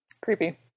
Creepy